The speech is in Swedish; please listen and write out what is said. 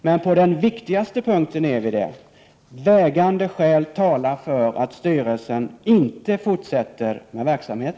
Men på den viktigaste punkten är vi det, nämligen att vägande skäl talar för att styrelsen inte fortsätter med denna verksamhet.